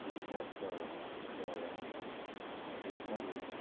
ଏହି ଚାଷ କରାଯାଏ ଏହିପରି